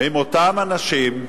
עם אותם אנשים,